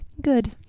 good